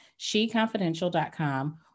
sheconfidential.com